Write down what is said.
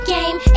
Game